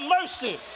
mercy